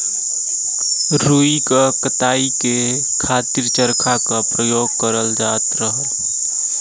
रुई क कताई के खातिर चरखा क परयोग करल जात रहल